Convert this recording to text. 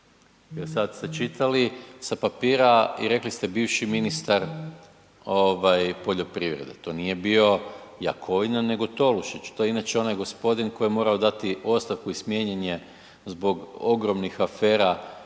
sad ste čitali sa papira i rekli ste „bivši ministar poljoprivrede“, to nije bio Jakovina nego Tolušić, to je inače onaj gospodin koji je morao dati ostavku i smijenjen je zbog ogromnih afera